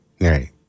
right